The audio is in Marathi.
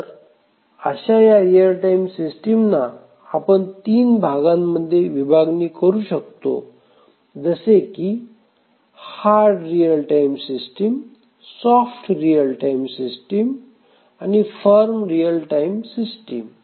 तर अशा ह्या रियल टाइम सिस्टीमना आपण तीन भागांमध्ये विभागणी करू शकतो जसे की hard real time system soft real time system आणि फर्म रियल टाइम सिस्टीम